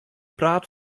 praat